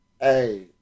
Hey